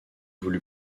voulu